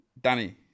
Danny